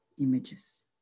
images